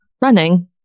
running